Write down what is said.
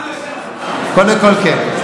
קודם כול כן.